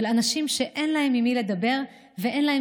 של אנשים שאין להם עם מי לדבר ואין להם